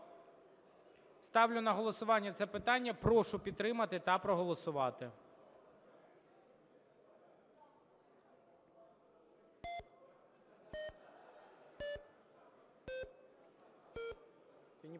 Ставлю на голосування це питання, прошу підтримати та проголосувати.